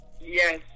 Yes